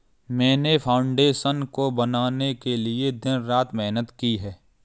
मैंने फाउंडेशन को बनाने के लिए दिन रात मेहनत की है